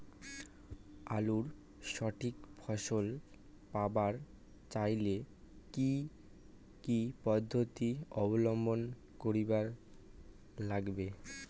আলুর সঠিক ফলন পাবার চাইলে কি কি পদ্ধতি অবলম্বন করিবার লাগবে?